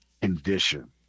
condition